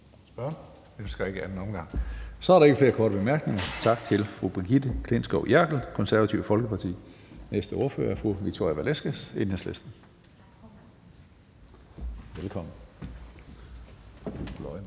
Så er der ikke flere korte bemærkninger. Tak til fru Brigitte Klintskov Jerkel, Det Konservative Folkeparti. Den næste ordfører er fru Victoria Velasquez, Enhedslisten. Velkommen.